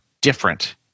different